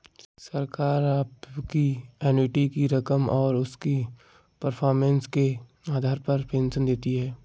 सरकार आपकी एन्युटी की रकम और उसकी परफॉर्मेंस के आधार पर पेंशन देती है